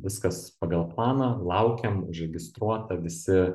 viskas pagal planą laukiam užregistruota visi